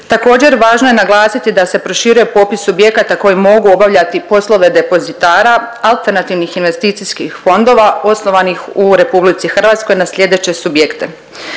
Također važno je naglasiti da se proširuje popis subjekata koji mogu obavljati poslove depozirata alternativnih investicijskih fondova osnovanih u RH na slijedeće subjekte.